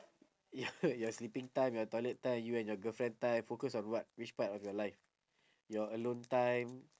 your your sleeping time your toilet time you and your girlfriend time focus on what which part of your life your alone time